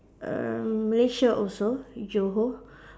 err Malaysia also Johor